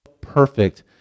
perfect